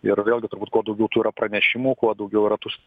ir vėlgi turbūt kuo daugiau tų yra pranešimų kuo daugiau yra tų